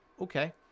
Okay